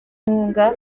nkunga